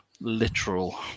literal